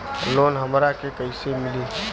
Loan हमरा के कईसे मिली?